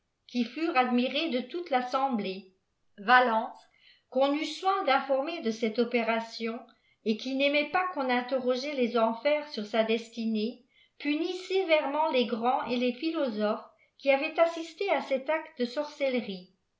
qui furent adnirés dé toiité raskemblée x valons qu'on eut soin d'informev de àelie bpératîoïi ët qui n'aiipait pas qu'on interrogeât les enfers sur sa destinée ptfnîf séyèrement les grands et les philosophes qui avaient assisté à cet acte de sorcellerie